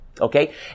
Okay